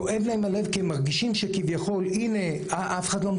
כואב להם הלב כי הם מרגישים,